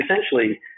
essentially